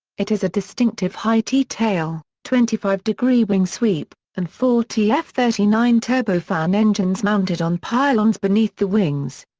it has a distinctive high t-tail, twenty five degree wing sweep, and four t f three nine turbofan engines mounted on pylons beneath the wings.